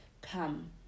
Come